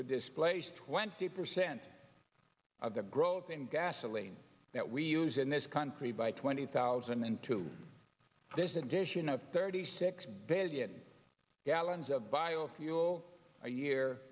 for displaced twenty percent of the growth in gasoline that we use in this country by twenty thousand and two this edition of thirty six billion gallons of bio fuel a year